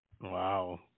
wow